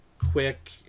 quick